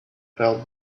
fell